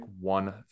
one